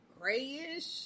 Grayish